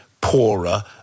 poorer